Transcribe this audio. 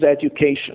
education